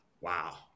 Wow